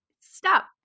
Stop